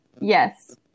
yes